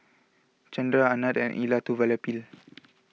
Chandra Anand and Elattuvalapil